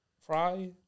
fry